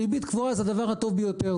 ריבית קבועה זה הדבר הטוב ביותר.